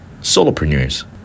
solopreneurs